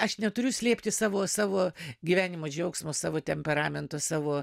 aš neturiu slėpti savo savo gyvenimo džiaugsmo savo temperamento savo